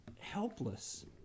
helpless